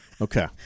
Okay